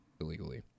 Illegally